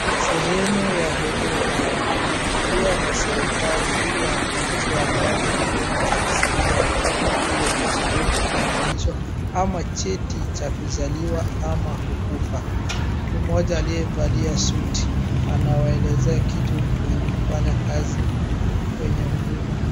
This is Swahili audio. Sehemu ya huduma, ilifunguliwa na serikali ili wananchi wapate huduma za kiserikali kama vile pasipoti, kitambulisho ama cheti cha kuzaliwa ama kukufa. Mtu mmoja aliyevalia suti anawaelezea kitu wenye kufanya kazi kwenye huduma.